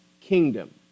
kingdom